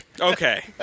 Okay